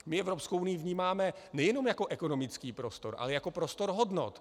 My Evropskou unii vnímáme nejenom jako ekonomický prostor, ale i jako prostor hodnot.